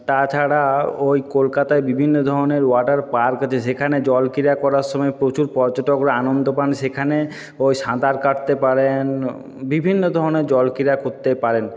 তাছাড়া ওই কলকাতায় বিভিন্ন ধরনের ওয়াটার পার্ক আছে সেখানে জল ক্রিড়া করার সময় প্রচুর পর্যাটকরা আনন্দ পান সেখানে ওই সাঁতার কাটতে পারেন বিভিন্ন ধরনের জল ক্রিড়া করতে পারেন